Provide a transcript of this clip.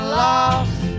lost